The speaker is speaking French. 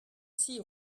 six